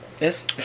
Yes